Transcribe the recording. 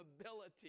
ability